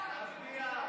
אפשר להצביע.